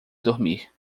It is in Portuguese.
dormir